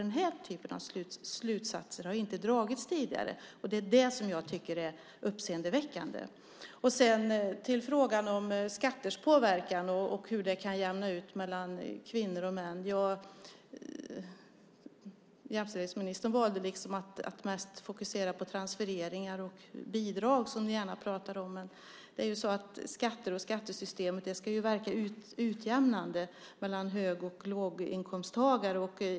Den här typen av slutsatser har inte dragits tidigare, och det är det som jag tycker är uppseendeväckande. Sedan var det frågan om skatters påverkan och hur det kan jämnas ut mellan kvinnor och män. Jämställdhetsministern valde att mest fokusera på transfereringar och bidrag, som ni gärna pratar om. Men skatter och skattesystem ska ju verka utjämnande mellan hög och låginkomsttagare.